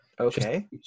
Okay